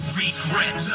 regrets